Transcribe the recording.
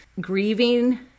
grieving